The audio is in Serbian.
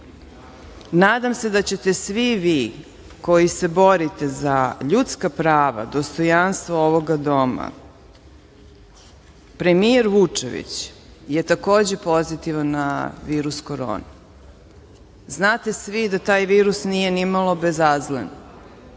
nadam se da ćete svi vi koji se borite za ljudska prava, dostojanstvo ovoga doma…Premijer Vučević je takođe pozitivan na virus koronu. Znate svi da taj virus nije ni malo bezazlen.